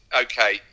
okay